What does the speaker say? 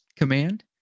command